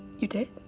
you did?